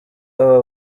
aba